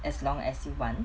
as long as you want